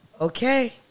okay